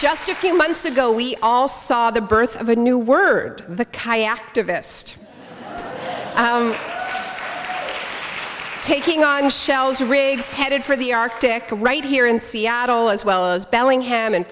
just a few months ago we all saw the birth of a new word the chi activist taking on shelves rigs headed for the arctic right here in seattle as well as bellingham and